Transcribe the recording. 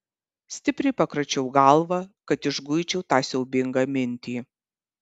stipriai pakračiau galvą kad išguičiau tą siaubingą mintį